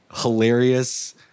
hilarious